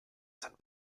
sind